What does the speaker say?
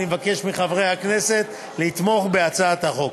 אני מבקש מחברי הכנסת לתמוך בהצעת החוק.